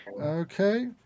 Okay